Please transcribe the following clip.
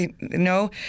No